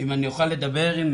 אם אני אוכל לדבר עם